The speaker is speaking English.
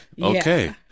okay